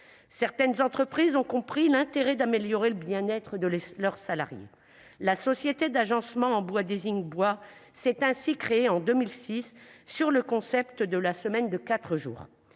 Certaines entreprises ont compris l'intérêt d'améliorer le bien-être de leurs salariés. La société d'agencement en bois Design Bois s'est ainsi créée en 2006 sur le concept de la semaine de quatre jours.